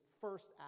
first